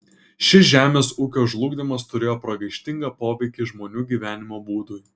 šis žemės ūkio žlugdymas turėjo pragaištingą poveikį žmonių gyvenimo būdui